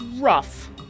rough